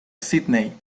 sídney